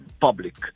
public